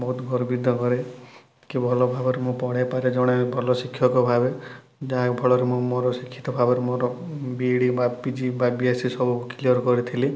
ବହୁତ ଗର୍ବିତ କରେ କି ଭଲଭାବରେ ମୁଁ ପଢ଼େଇପାରେ ଜଣେ ଭଲ ଶିକ୍ଷକ ଭାବେ ଯାହା ଫଳରେ ମୁଁ ମୋର ଶିକ୍ଷିତ ଭାବରେ ମୋର ବି ଇ ଡ଼ି ବା ପି ଜି ବା ବି ଏ ସି ସବୁ କ୍ଳିଅର୍ କରିଥିଲି